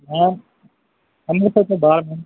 ma'am Amritsar ਤੋਂ ਬਾਹਰ ma'am